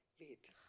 Wait